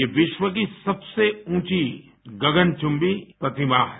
ये विश्व की सबसे ऊंची गगनचुम्बी प्रतिमा है